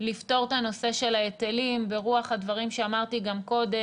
לפתור את הנושא של ההיטלים ברוח הדברים שאמרתי גם קודם.